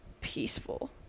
peaceful